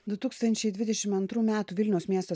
du tūkstančiai dvidešim antrų metų vilniaus miesto